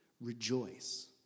Rejoice